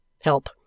help